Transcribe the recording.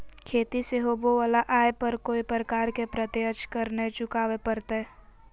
खेती से होबो वला आय पर कोय प्रकार के प्रत्यक्ष कर नय चुकावय परतय